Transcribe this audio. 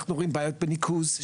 אנחנו רואים בעיות בניקוז,